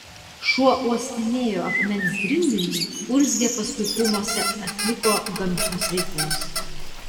šuo uostinėjo akmens grindinį urzgė paskui krūmuose atliko gamtinius reikalus